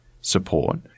support